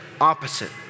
opposite